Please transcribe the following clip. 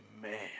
man